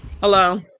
Hello